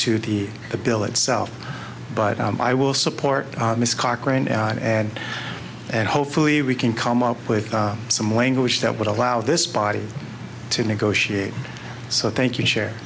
to the the bill itself but i will support mr cochran and and hopefully we can come up with some language that would allow this body to negotiate so thank you share